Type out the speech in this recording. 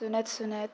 सुनैत सुनैत